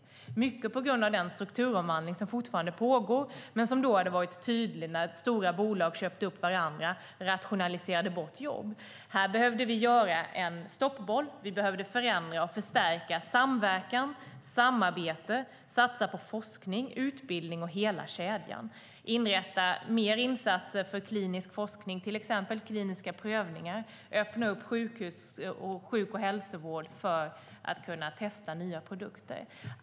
Det berodde i stor utsträckning på den strukturomvandling som fortfarande pågår men som då hade varit särskilt tydlig. Stora bolag köpte upp varandra och rationaliserade bort jobb. Här behövde vi göra en stoppboll. Vi behövde förändra och förstärka samverkan och samarbete, satsa på forskning, utbildning och hela kedjan, inrätta mer insatser för klinisk forskning, till exempel kliniska prövningar, och öppna sjukhus och hälso och sjukvård för att kunna testa nya produkter.